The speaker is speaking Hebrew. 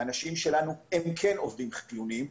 האנשים שלנו הם עובדים חיוניים.